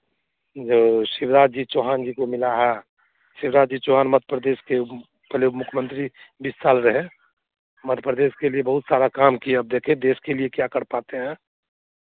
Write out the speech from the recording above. जो शिवराज जी चौहान जी को मिला है शिवराज जी चौहान मध्य प्रदेश के पहले मुखमंत्री बीस साल रहे मध्य प्रदेश के लिए बहुत सारा काम किया अब देखें देश के लिए क्या कर पाते हैं